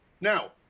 Now